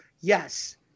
yes